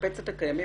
לשפץ את הקיימים.